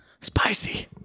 Spicy